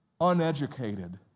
uneducated